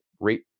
rate